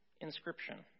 inscription